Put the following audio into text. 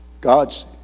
God's